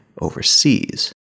overseas